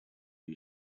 who